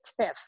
tiff